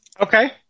Okay